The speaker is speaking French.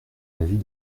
l’avis